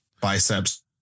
biceps